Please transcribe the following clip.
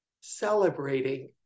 celebrating